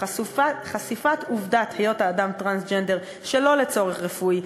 חשיפת עובדת היות האדם טרנסג'נדר שלא לצורך רפואי,